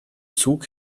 zug